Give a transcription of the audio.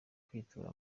kwitura